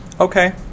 Okay